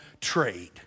trade